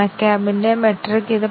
തുടർന്ന് output toggle ചെയ്യുന്നു